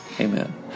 Amen